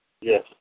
Yes